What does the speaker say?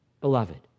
beloved